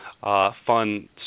fun